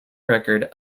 record